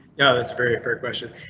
yeah, that's very fair question.